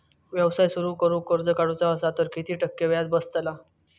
व्यवसाय सुरु करूक कर्ज काढूचा असा तर किती टक्के व्याज बसतला?